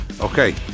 okay